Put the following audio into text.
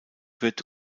wird